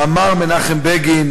אמר מנחם בגין: